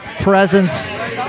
Presents